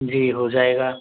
जी हो जाएगा